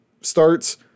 starts